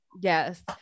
Yes